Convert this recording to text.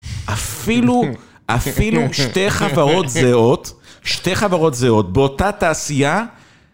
אפילו, אפילו שתי חברות זהות, שתי חברות זהות באותה תעשייה